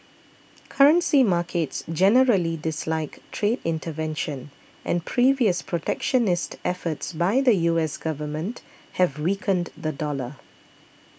currency markets generally dislike trade intervention and previous protectionist efforts by the U S government have weakened the dollar